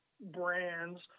brands